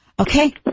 Okay